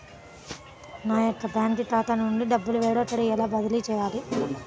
నా యొక్క బ్యాంకు ఖాతా నుండి డబ్బు వేరొకరికి ఎలా బదిలీ చేయాలి?